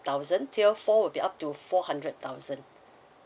thousand tier four will be up to four hundred thousand